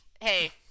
Hey